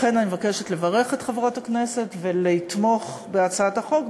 אני מבקשת לברך את חברות הכנסת ולתמוך בהצעת החוק,